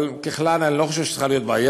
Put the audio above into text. אבל, ככלל, אני לא חושב שצריכה להיות בעיה,